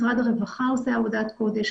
משרד הרווחה עושה עבודת קודש,